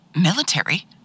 Military